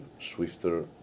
swifter